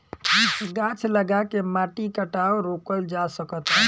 गाछ लगा के माटी के कटाव रोकल जा सकता